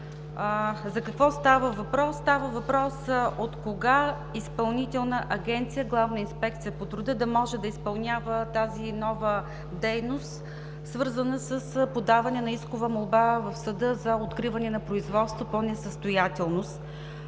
За какво става въпрос? Става въпрос от кога Изпълнителна агенция „Главна инспекция по труда“ да може да изпълнява тази нова дейност, свързана с подаване на искова молба в съда за откриване на производство по несъстоятелност?